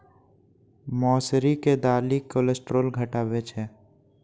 मौसरी के दालि कोलेस्ट्रॉल घटाबै छै